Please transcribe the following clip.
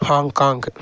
Hong Kong